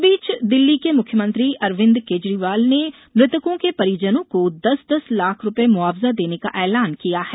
इस बीच दिल्ली के मुख्यमंत्री अरविंद केजरीवाल ने मृतकों के परिजनों को दस दस लाख रुपये मुआवजा देने का एलान किया है